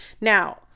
Now